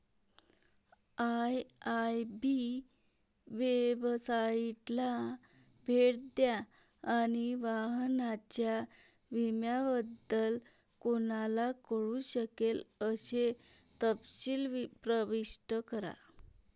IIB वेबसाइटला भेट द्या आणि वाहनाच्या विम्याबद्दल कोणाला कळू शकेल असे तपशील प्रविष्ट करा